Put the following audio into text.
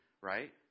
Right